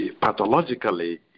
pathologically